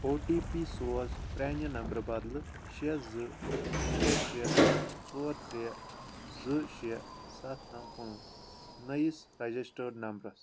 او T P سوز پرٛانہِ نمبرٕ بدلہٕ شےٚ زٕ شےٚ شےٚ ژور ترٛےٚ زٕ شےٚ سَتھ نَو پانٛژھ نٔیِس رجسٹٲڈ نمبرَس